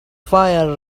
fiery